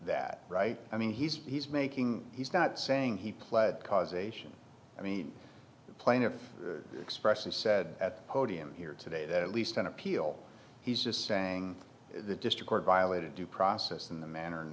that right i mean he's he's making he's not saying he pled causation i mean the plaintiff expressly said at podium here today that at least on appeal he's just saying the district violated due process in the manner in